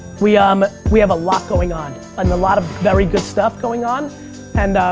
we um we have a lot going on and a lot of very good stuff going on and